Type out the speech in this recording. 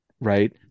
right